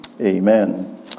Amen